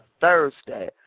Thursday